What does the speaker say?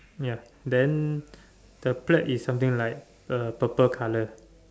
ya then the plate is something like uh purple colour